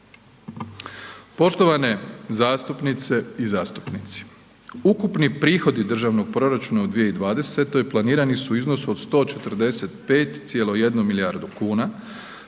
Poštovane zastupnice i zastupnici, ukupni prihodi državnog proračuna u 2020. planirani su u iznosu od 145,1 milijardu kuna